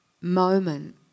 moment